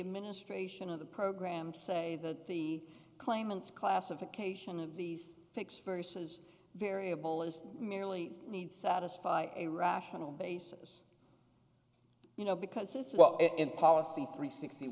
administration of the program say the claimant's classification of these fixed versus variable is merely need satisfy a rational basis you know because this is in policy three sixty